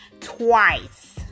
twice